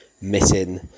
Missing